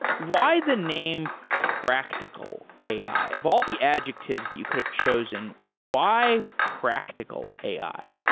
why the name practical ai? of all the adjectives that you could have chosen, why practical ai?